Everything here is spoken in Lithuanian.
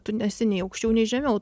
tu nesi nei aukščiau nei žemiau